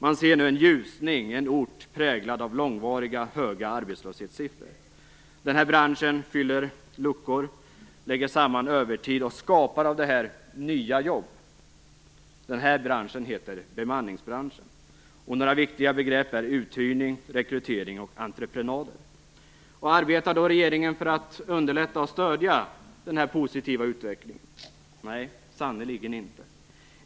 Man ser nu en ljusning på en ort präglad av långvariga höga arbetslöshetssiffror. Den här branschen fyller luckor, lägger samman övertid och skapar av det nya jobb. Den här branschen heter bemanningsbranschen. Några viktiga begrepp är uthyrning, rekrytering och entreprenader. Arbetar då regeringen för att underlätta och stödja den här positiva utvecklingen? Nej, sannerligen inte.